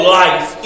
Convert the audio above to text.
life